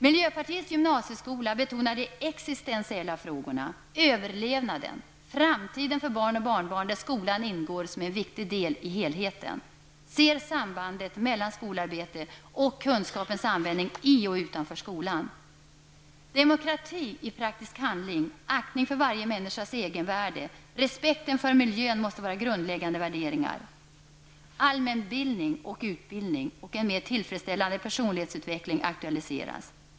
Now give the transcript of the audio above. Miljöpartiets gymnasieskola betonar de existentiella frågorna, överlevnaden, framtiden för barn och barnbarn -- där skolan ingår som en viktig del i helheten -- och ser sambandet mellan skolarbete och kunskapens användning i och utanför skolan. Demokrati i praktisk handling, aktning för varje människas egenvärde och respekten för miljön måste vara grundläggande värderingar. Allmänbildning, utbildning och en mer tillfredsställande personlighetsutveckling aktualiseras.